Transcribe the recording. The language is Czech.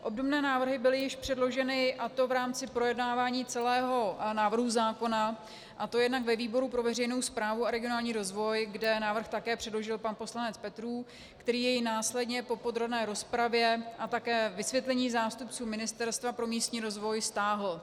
Obdobné návrhy byly již předloženy, a to v rámci projednávání celého návrhu zákona, a to jednak ve výboru pro veřejnou správu a regionální rozvoj, kde návrh také předložil pan poslanec Petrů, který jej následně po podrobné rozpravě a také vysvětlení zástupců Ministerstva pro místní rozvoj stáhl.